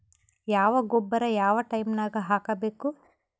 ಯಾವ ಗೊಬ್ಬರ ಯಾವ ಟೈಮ್ ನಾಗ ಹಾಕಬೇಕು?